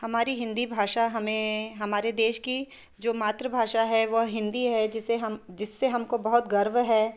हमारी हिंदी भाषा हमें हमारे देश की जो मातृभाषा है वह हिंदी है जिसे हम जिससे हमको बहुत गर्व है